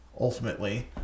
ultimately